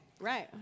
Right